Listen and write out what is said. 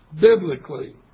biblically